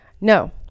No